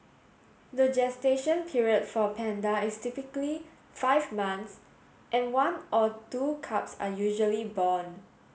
the gestation period for a panda is typically five months and one or two cubs are usually born